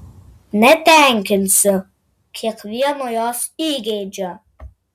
netenkinsiu kiekvieno jos įgeidžio